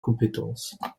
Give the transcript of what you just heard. compétences